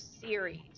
series